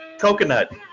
Coconut